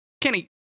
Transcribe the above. Kenny